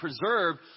preserved